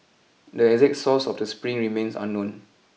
the exact source of the spring remains unknown